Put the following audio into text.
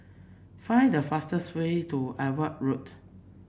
find the fastest way to Edgware Road